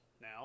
now